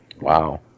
Wow